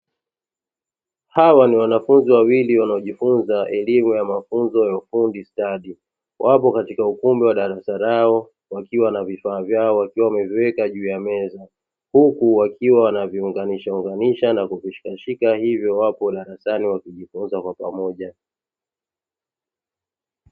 Hawa ni wanafunzi wawili wanao jifunza elimu ya mafunzo ya ufundi stadi, wapo katika ukumbi wa darasa lao, wakiwa na vifaa vyao wakiwa wameviweka juu ya meza, huku wakiwa wana viunganisha unganisha na kuvishika shika hivyo wapo darasani wakijifunza kwa pamoja.